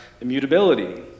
immutability